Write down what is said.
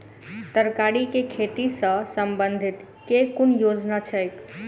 तरकारी केँ खेती सऽ संबंधित केँ कुन योजना छैक?